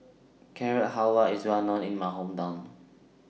Carrot Halwa IS Well known in My Hometown